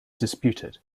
disputed